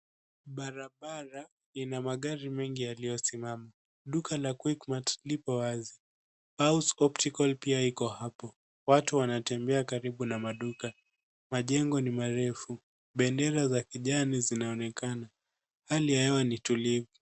Barabara ina magari mengi yaliyosimama, duka la uickmart lipo wazi, House optical pia iko hapo. Watu wanatembea karibu na maduka, majengo ni marefu bendera za kijani zinaonekana hali ya hewa ni tulivu.